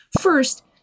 First